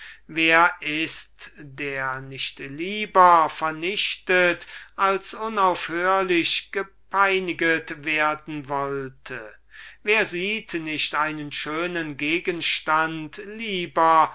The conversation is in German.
wer ist der nicht lieber vernichtet als unaufhörlich gepeiniget werden wollte wer sieht nicht einen schönen gegenstand lieber